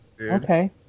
okay